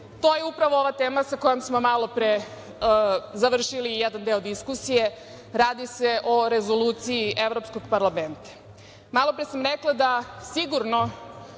to je upravo ova tema sa kojom smo malopre završili jedan deo diskusije. Radi se o Rezoluciji Evropskog parlamenta. Malopre sam rekla da sigurno,